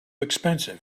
expensive